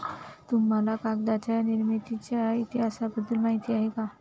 तुम्हाला कागदाच्या निर्मितीच्या इतिहासाबद्दल माहिती आहे का?